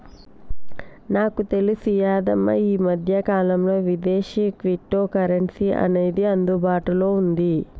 నాకు తెలిసి యాదమ్మ ఈ మధ్యకాలంలో విదేశాల్లో క్విటో కరెన్సీ అనేది అందుబాటులో ఉంది